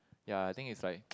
ya I think is like